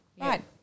right